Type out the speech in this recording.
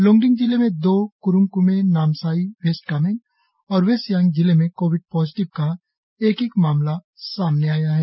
लोगडिंग जिले में दो क्रुंग क्मे नामसाई वेस्ट कामेंग और वेस्ट सियांग जिले से कोविड पॉजिटिव का एक एक मामला सामने आया है